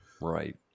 Right